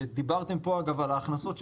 שדיברתם פה על הכנסות,